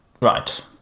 Right